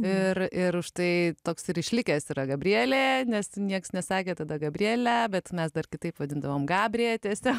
ir ir štai toks ir išlikęs yra gabrielė nes niekas nesakė tada gabriele bet mes dar kitaip vadindavom gabrija tiesiog